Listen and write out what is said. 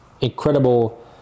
incredible